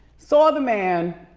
saw the man,